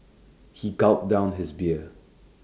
he gulped down his beer